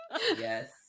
Yes